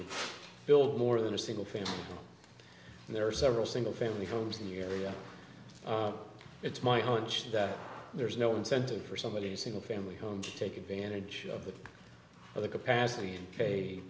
to build more than a single family and there are several single family homes in the area it's my hunch that there's no incentive for somebody in single family home to take advantage of that for the capacity